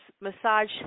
massage